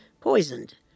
poisoned